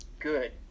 good